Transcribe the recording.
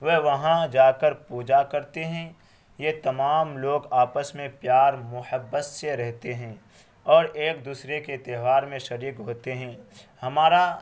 وہ وہاں جا کر پوجا کرتے ہیں یہ تمام لوگ آپس میں پیار محبت سے رہتے ہیں اور ایک دوسرے کے تہوار میں شریک ہوتے ہیں ہمارا